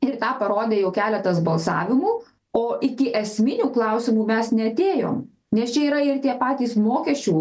ir tą parodė jau keletas balsavimų o iki esminių klausimų mes neatėjom nes čia yra ir tie patys mokesčių